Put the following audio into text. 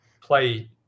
play